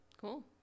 Cool